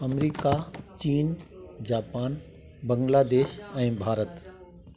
America चीन Japan Bangladesh ऐं भारत